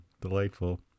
Delightful